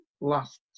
last